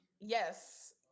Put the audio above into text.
Yes